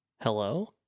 Hello